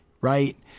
right